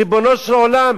ריבונו של עולם,